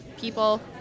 people